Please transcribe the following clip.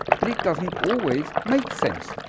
but it doesn't always make sense,